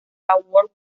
award